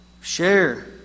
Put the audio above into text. Share